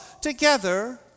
together